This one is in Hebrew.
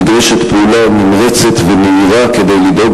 נדרשת פעולה נמרצת ומהירה כדי לדאוג